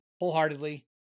wholeheartedly